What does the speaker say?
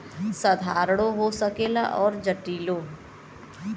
साधारणो हो सकेला अउर जटिलो